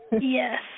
Yes